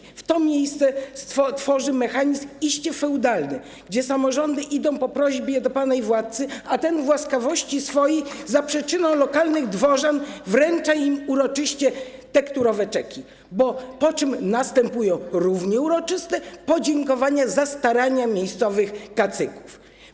Tworzy w to miejsce mechanizm iście feudalny, w którym samorządy idą po prośbie do pana i władcy, a ten w łaskawości swojej, za przyczyną lokalnych dworzan, wręcza im uroczyście tekturowe czeki, po czym następują równie uroczyste podziękowania za starania miejscowych kacyków.